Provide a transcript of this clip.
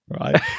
right